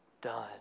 Done